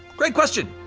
great question!